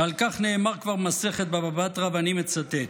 ועל כך נאמר כבר במסכת בבא בתרא, ואני מצטט: